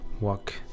walk